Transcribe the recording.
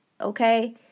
okay